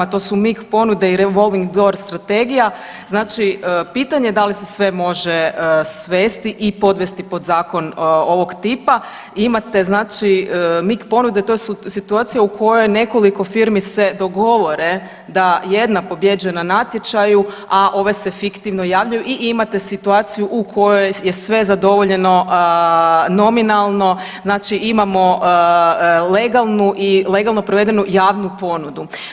To su mik ponude i Revolving doors strategija, znači pitanje je da li se sve može svesti i podvesti pod zakon ovog tipa i imate znači mik ponude, to su situacije u kojoj nekoliko firmi se dogovore da jedna pobjeđuje na natječaju, a ove se fiktivno javljaju i imate situaciju u kojoj je sve zadovoljeno nominalno, znači imamo legalnu i legalno provedenu javnu ponudu.